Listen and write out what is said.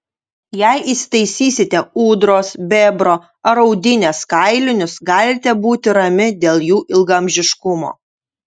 jei įsitaisysite ūdros bebro ar audinės kailinius galite būti rami dėl jų ilgaamžiškumo